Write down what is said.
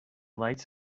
lights